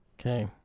Okay